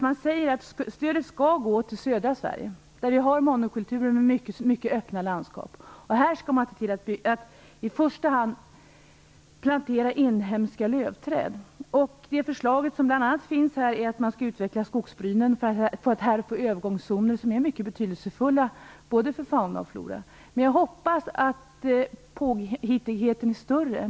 Man säger att stödet skall gå till södra Sverige där vi har monokulturer med mycket öppna landskap. Här skall man se till att i första hand plantera inhemska lövträd. Ett förslag som finns är att man skall utveckla skogsbrynen för att få övergångszoner, som är mycket betydelsefulla både för fauna och flora. Jag hoppas att påhittigheten är större.